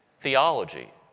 theology